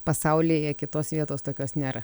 pasaulyje kitos vietos tokios nėra